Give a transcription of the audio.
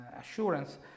assurance